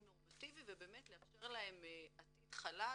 נורמטיבי ובאמת לאפשר להם עתיד חלק